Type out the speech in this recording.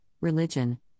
religion